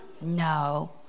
No